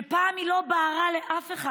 שפעם היא לא בערה לאף אחד,